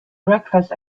breakfast